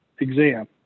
exam